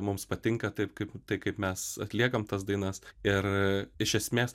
mums patinka taip kaip tai kaip mes atliekam tas dainas ir iš esmės